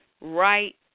right